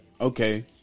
Okay